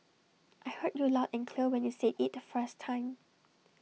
I heard you loud and clear when you said IT the first time